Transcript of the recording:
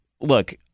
look